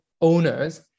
owners